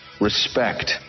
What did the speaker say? respect